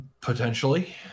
Potentially